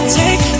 take